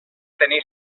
tenir